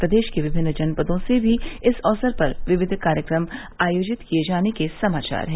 प्रदेश के विभिन्न जनपदों से भी इस अवसर पर विविध कार्यक्रम आयोजित किये जाने के समाचार है